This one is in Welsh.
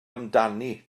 amdani